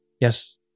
Yes